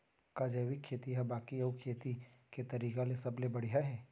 का जैविक खेती हा बाकी अऊ खेती के तरीका ले सबले बढ़िया हे?